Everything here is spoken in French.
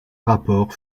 rapport